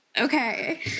Okay